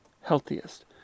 healthiest